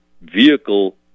vehicle